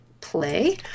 play